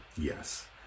Yes